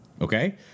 Okay